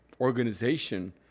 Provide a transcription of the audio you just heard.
organization